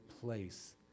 place